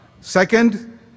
Second